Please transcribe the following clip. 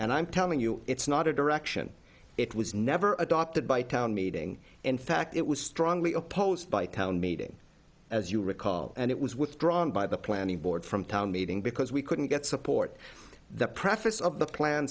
and i'm telling you it's not a direction it was never adopted by town meeting in fact it was strongly opposed by town meeting as you recall and it was withdrawn by the planning board from town meeting because we couldn't get support the preface of the plan